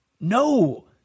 no